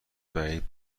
بعید